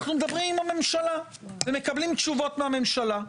אנחנו מדברים עם הממשלה ומקבלים תשובות מהממשלה.